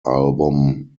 album